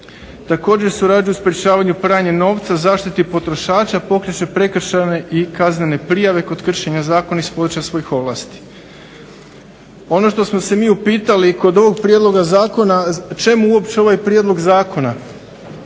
Također surađuje u sprečavanju pranja novca, zaštiti potrošača, pokreće prekršajne i kaznene prijave kod kršenja zakona iz područja svojih ovlasti. Ono što smo se mi upitali kod ovoga Prijedloga zakona, čemu uopće ovaj Prijedlog zakona.